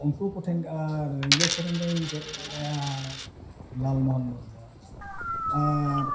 ᱩᱱᱠᱩ ᱠᱚᱴᱷᱮᱱ ᱟᱨ ᱨᱤᱸᱡᱷᱟᱹ ᱥᱮᱨᱮᱧ ᱫᱚᱧ ᱪᱮᱫ ᱞᱮᱜᱼᱟ ᱞᱟᱞ ᱢᱳᱦᱚᱱ ᱢᱩᱨᱢᱩ ᱟᱨ